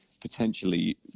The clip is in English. potentially